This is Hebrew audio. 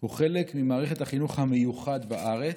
הוא חלק ממערכת החינוך המיוחד בארץ.